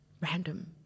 Random